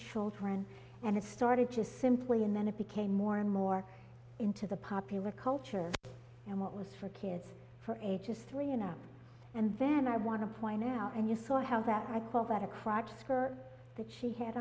children and it started just simply and then it became more and more into the popular culture and what was for kids for ages three and up and then i want to point out and you saw how that